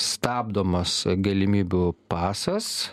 stabdomas galimybių pasas